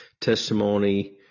testimony